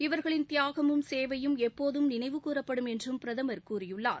இவர்களின் தியாகமும் சேவையும் எப்போதும் நினைவு கூறப்படும் என்றும் பிரதமர் கூறியுள்ளார்